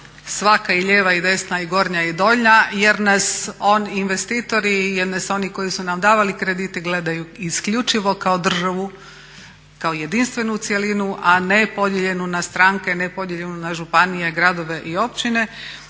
svaka i lijeva i desna, i gornja i donja, jer nas investitori, jer nas oni koji su nam davali kredite gledaju isključivo kao državu, kao jedinstvenu cjelinu a ne podijeljenu na stranke, ne podijeljenu na županije, gradove i općine.